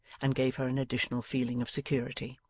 and gave her an additional feeling of security.